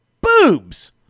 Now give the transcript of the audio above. boobs